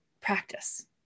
practice